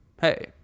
Hey